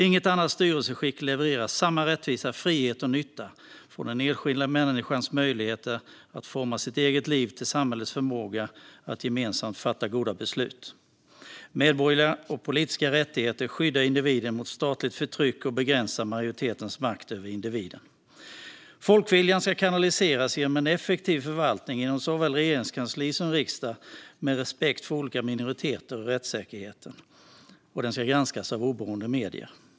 Inget annat styrelseskick levererar samma rättvisa, frihet och nytta, från den enskilda människans möjlighet att forma sitt eget liv till samhällets förmåga att gemensamt fatta goda beslut. Medborgerliga och politiska rättigheter skyddar individen mot statligt förtryck och begränsar majoritetens makt över individen. Folkviljan ska kanaliseras genom en effektiv förvaltning inom såväl Regeringskansliet som riksdagen, med respekt för olika minoriteter och rättssäkerheten. Den ska granskas av oberoende medier.